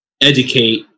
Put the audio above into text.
educate